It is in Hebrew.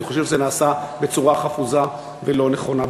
אני חושב שזה נעשה בצורה חפוזה ולא נכונה.